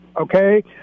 Okay